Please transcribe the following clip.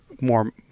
more